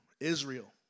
Israel